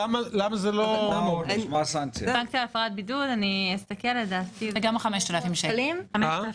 לדעתי זה גם 5,000 שקלים.